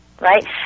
right